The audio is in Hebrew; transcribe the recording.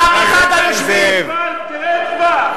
קם אחד היושבים, תרד כבר.